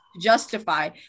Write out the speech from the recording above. justify